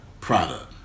product